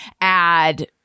add –